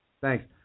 Thanks